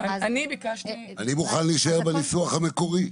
אני ביקשתי -- אני מוכן להישאר בניסוח המקורי.